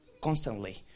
constantly